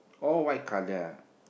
oh white colour ah